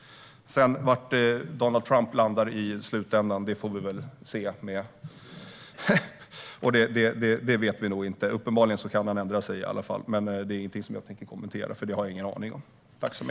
Var Donald Trump landar i slutändan får vi väl se. Det vet vi nog inte. Uppenbarligen kan han ändra sig. Men det är ingenting jag tänker kommentera, för det har jag ingen aning om.